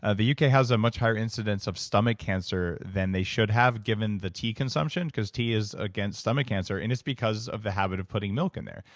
and the uk has a much higher incidence of stomach cancer than they should have given the tea consumption, because tea is against stomach cancer and it's because of the habit of putting milk in there.